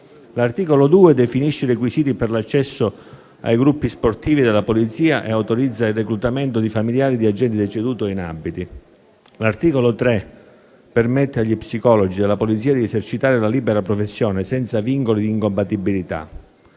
L'articolo 2 definisce i requisiti per l'accesso ai gruppi sportivi della Polizia e autorizza il reclutamento di familiari di agenti deceduti o inabili. L'articolo 3 permette agli psicologi della Polizia di esercitare la libera professione senza vincoli di incompatibilità.